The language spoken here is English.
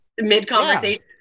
mid-conversation